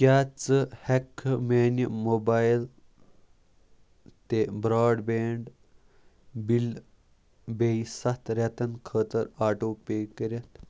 کیٛاہ ژٕ ہٮ۪ککھٕ میٛانہِ موبایِل تہِ برٛاڈ بینٛڈ بِل بیٚیہِ سَتھ رٮ۪تن خٲطرٕ آٹو پیٚے کٔرِتھ